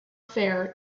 fair